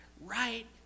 right